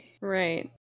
Right